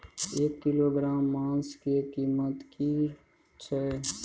एक किलोग्राम मांस के कीमत की छै?